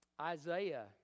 Isaiah